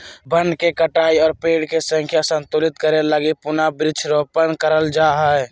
वन के कटाई और पेड़ के संख्या संतुलित करे लगी पुनः वृक्षारोपण करल जा हय